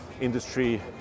industry